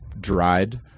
dried